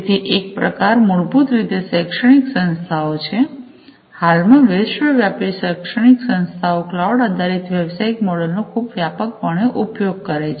તેથી એક પ્રકાર મૂળભૂત રીતે શૈક્ષણિક સંસ્થાઓ છે હાલમાં વિશ્વવ્યાપી શૈક્ષણિક સંસ્થાઓ ક્લાઉડ આધારિત વ્યવસાયિક મોડલ નો ખૂબ વ્યાપકપણે ઉપયોગ કરે છે